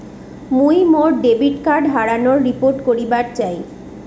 মুই মোর debit card হারানোর রিপোর্ট করিবার চাই